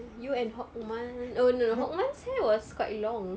you and hokumal oh no no no hokumal's hair was quite long